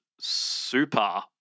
super